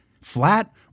flat